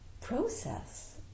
process